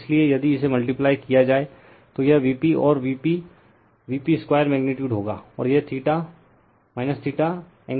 इसलिए यदि इसे मल्टीप्लाई किया जाए तो यह Vp और VpVp2 मैग्नीटयूड होगा और यह रिफर टाइम 1723 एंगल 0 होगा